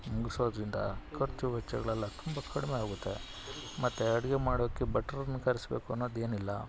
ಮುಗಿಸೋದರಿಂದ ಖರ್ಚು ವೆಚ್ಚಗಳೆಲ್ಲ ತುಂಬ ಕಡಿಮೆ ಆಗುತ್ತೆ ಮತ್ತು ಅಡುಗೆ ಮಾಡೋಕೆ ಭಟ್ರನ್ನ ಕರೆಸ್ಬೇಕು ಅನ್ನೋದೇನಿಲ್ಲ